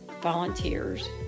volunteers